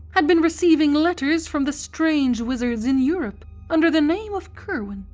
had been receiving letters from the strange wizards in europe under the name of curwen,